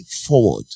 forward